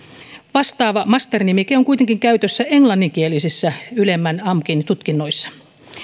vastaava master nimike on kuitenkin käytössä englanninkielisissä ylemmän amkin tutkinnoissa